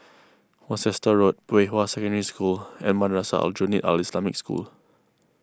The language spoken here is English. Worcester Road Pei Hwa Secondary School and Madrasah Aljunied Al Islamic School